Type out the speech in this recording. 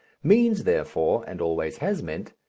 means, therefore, and always has meant,